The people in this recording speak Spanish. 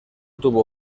tuvo